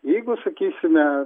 jeigu sakysime